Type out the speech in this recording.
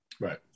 right